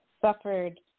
suffered